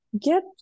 get